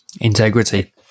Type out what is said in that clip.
Integrity